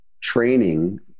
training